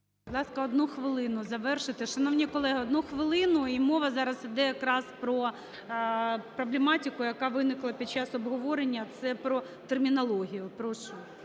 Будь ласка, одну хвилину, завершуйте. Шановні колеги, одну хвилину! І мова зараз йде якраз про проблематику, яка виникла під час обговорення – це про термінологію. Прошу.